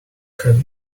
have